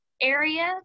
area